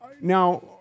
now